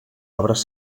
obres